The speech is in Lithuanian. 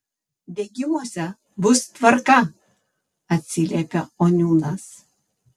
degimuose bus tvarka atsiliepia oniūnas